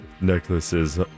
necklaces